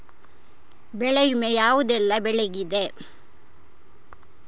ಬೆಳೆ ವಿಮೆ ಯಾವುದೆಲ್ಲ ಬೆಳೆಗಿದೆ?